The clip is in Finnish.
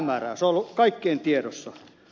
se on ollut kaikkien tiedossa